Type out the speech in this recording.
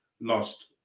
lost